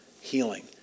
healing